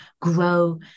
grow